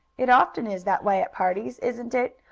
it often is that way at parties isn't it?